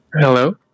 Hello